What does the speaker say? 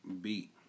beat